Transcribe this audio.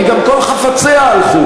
כי גם כל חפציה הלכו.